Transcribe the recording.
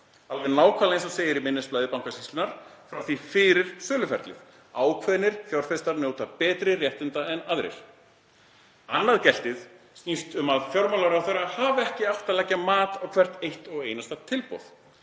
alveg nákvæmlega eins og segir í minnisblaði Bankasýslunnar frá því fyrir söluferlið: Ákveðnir fjárfestar njóta betri réttinda en aðrir. Annað geltið snýst um að fjármálaráðherra hafi ekki átt að leggja mat á hvert eitt og einasta tilboð,